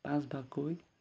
পাঁচ বাৰকৈ